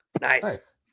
Nice